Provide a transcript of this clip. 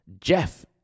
Jeff